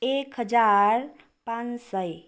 एक हजार पाँच सय